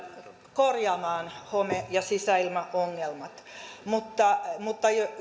korjaamaan home ja sisäilmaongelmat mutta mutta